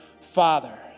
Father